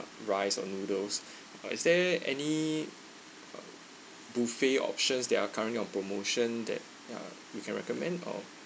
rice or noodles or is there any buffet options that are currently on promotion that ya you can recommend or